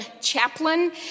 chaplain